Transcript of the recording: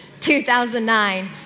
2009